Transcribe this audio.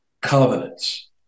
covenants